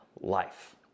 life